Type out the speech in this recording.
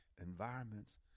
environments